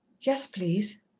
yes, please.